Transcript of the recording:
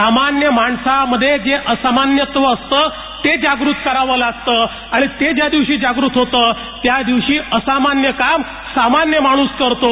सामान्य माणसामध्ये जे वसामान्यत्व असतं ते जागृत करावे लागते आणि ते ज्या दिवशी जागूत होते त्या दिवशी असामान्य काम सामान्य माणूस करतो